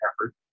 effort